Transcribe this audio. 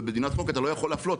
ובמדינת חוק אתה לא יכול להפלות.